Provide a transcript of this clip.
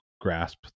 grasp